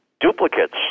duplicates